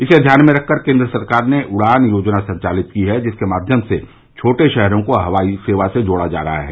इसे ध्यान में रखकर केन्द्र सरकार ने उड़ान योजना संचालित की है जिसके माध्यम से छोटे शहरों को हवाई सेवा से जोड़ा जा रहा है